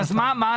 לא.